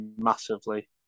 massively